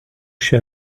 chez